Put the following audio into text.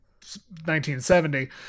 1970